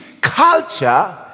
culture